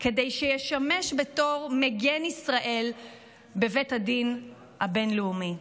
כדי שישמש בתור מגן ישראל בבית הדין הבין-לאומי.